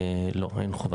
לא, אין חובה.